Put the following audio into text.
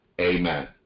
amen